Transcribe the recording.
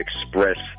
express